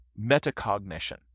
metacognition